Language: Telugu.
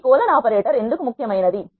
ఈ కోలన్ ఆపరేటర్ ఎందుకు ముఖ్యమైనది